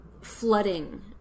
flooding